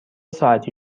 ساعتی